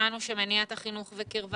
ושמענו שמניעת החינוך וקרבה